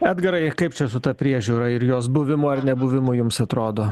edgarai kaip čia su ta priežiūra ir jos buvimu ar nebuvimu jums atrodo